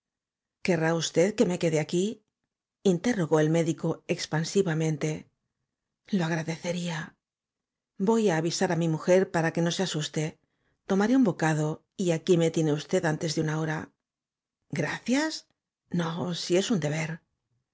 querrá usted que me quede aquí interrogó el médico expansivamente lo agradecería voy á avisar á mi mujer para que no se asuste tomaré un bocado y aquí me tiene u s ted antes de una hora gracias no si es ua deber